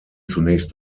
zunächst